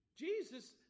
Jesus